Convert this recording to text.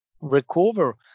recover